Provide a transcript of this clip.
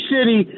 City